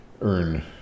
earn